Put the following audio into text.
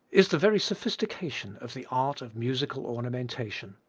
is the very sophistication of the art of musical ornamentation.